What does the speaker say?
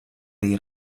dei